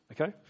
Okay